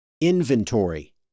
Inventory